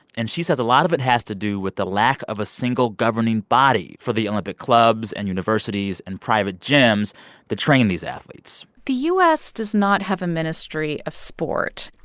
and she says a lot of it has to do with the lack of a single governing body for the olympic clubs and universities and private gyms that train these athletes the u s. does not have a ministry of sport.